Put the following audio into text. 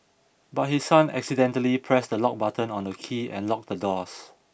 but his son accidentally pressed the lock button on the key and locked the doors